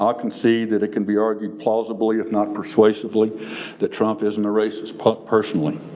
um concede that it can be argued plausibly if not persuasively that trump isn't a racist personally.